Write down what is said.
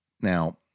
Now